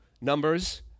numbers